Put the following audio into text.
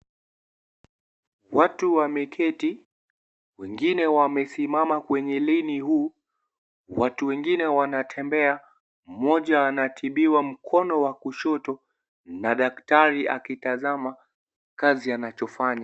Watu wameketi, wengine wamesimama kwenye leni huu, watu wengine wanatembea, mmoja anaatibiwa mkono wa kushoto na daktari akitazama kazi anachofanya.